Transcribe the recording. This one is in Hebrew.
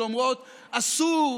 שאומרות: אסור,